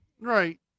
right